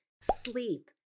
sleep